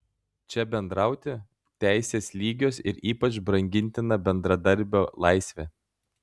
čia bendrauti teisės lygios ir ypač brangintina bendradarbio laisvė